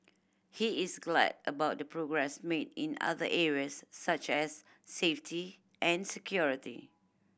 he is glad about the progress made in other areas such as safety and security